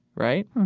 right?